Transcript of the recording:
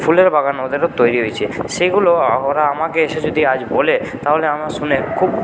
ফুলের বাগান ওদেরও তৈরি হয়েছে সেগুলো ওরা আমাকে এসে যদি ওরা আজ বলে তাহলে আমার শুনে খুব